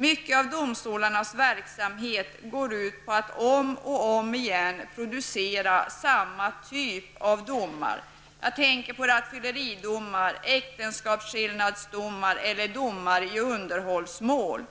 Mycket av domstolarnas verksamhet går ut på att om och om igen producera samma typ av domar. Jag tänker på rattfylleridomar, äktenskapsskillnadsdomar och domar i underhållsmål.